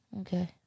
Okay